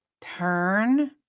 Turn